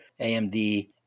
AMD